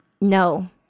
No